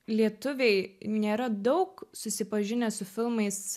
lietuviai nėra daug susipažinę su filmais